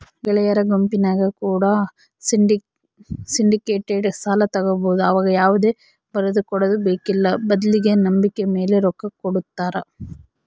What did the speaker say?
ಗೆಳೆಯರ ಗುಂಪಿನ್ಯಾಗ ಕೂಡ ಸಿಂಡಿಕೇಟೆಡ್ ಸಾಲ ತಗಬೊದು ಆವಗ ಯಾವುದೇ ಬರದಕೊಡದು ಬೇಕ್ಕಿಲ್ಲ ಬದ್ಲಿಗೆ ನಂಬಿಕೆಮೇಲೆ ರೊಕ್ಕ ಕೊಡುತ್ತಾರ